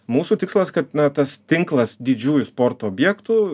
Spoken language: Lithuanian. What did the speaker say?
mūsų tikslas kad na tas tinklas didžiųjų sporto objektų